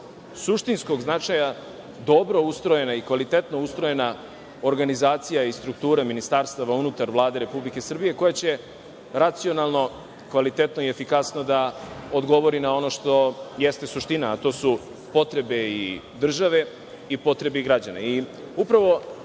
suštinskog značaja dobro ustrojena i kvalitetno ustrojena organizacija i struktura ministarstava unutar Vlade Republike Srbije, koja će racionalno, kvalitetno i efikasno da odgovori na ono što jeste suština, a to su potrebe države i potrebe građana.